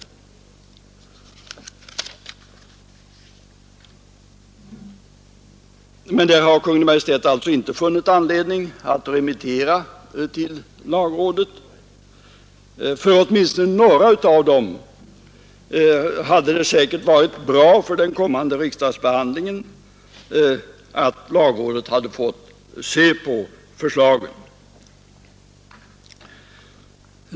De lagförslagen har Kungl. Maj:t alltså inte funnit anledning att remittera till lagrådet. Det hade för den kommande riksdagsbehandlingen säkert varit bra om lagrådet fått se på åtminstone några av förslagen.